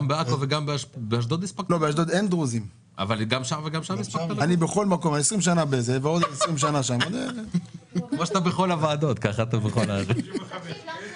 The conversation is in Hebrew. אני באמת שמח שיש כל כך הרבה אנשים - במיוחד החבר'ה